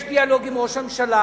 יש דיאלוג עם ראש הממשלה,